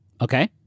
Okay